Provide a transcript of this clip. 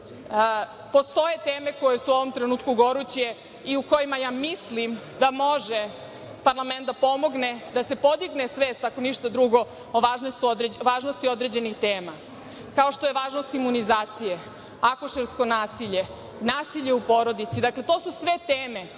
baviti. Postoje teme koje su u ovom trenutku goruće i o kojima, ja mislim, može parlament da pomogne da se podigne svest, ako ništa drugo, o važnosti određenih tema, kao što je važnost imunizacije, akušersko nasilje, nasilje u porodici. Dakle, to su sve teme